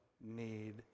need